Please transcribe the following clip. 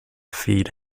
feed